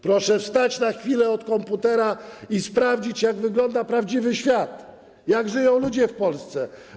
Proszę wstać na chwilę od komputera i sprawdzić, jak wygląda prawdziwy świat, jak żyją ludzie w Polsce.